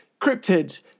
cryptids